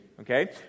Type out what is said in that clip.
Okay